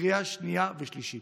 בקריאה שנייה ושלישית.